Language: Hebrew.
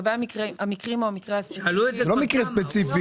לגבי המקרים או המקרה --- זה לא מקרה ספציפי.